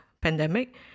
pandemic